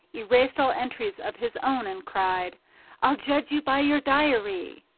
erased all entries of his own and cried i'll judge you by your diary.